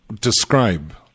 describe